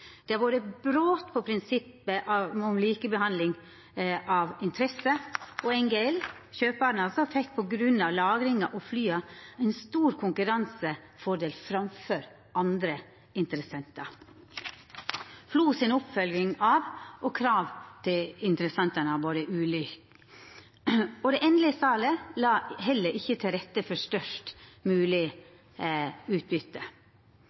Det har vore brot på prinsippet om likebehandling av interessentar, og NGL – kjøparen – fekk på grunn av lagring av flya ein stor konkurransefordel framfor andre interessentar. FLOs oppfølging av og krav til interessentane har vore ulik, og det endelege salet la heller ikkje til rette for størst